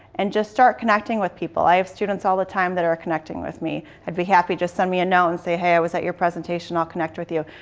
and just start connecting with people. i have students all the time that are connecting with me. i'd be happy just send me a note and say, hey, i was at your presentation. i'll connect with you.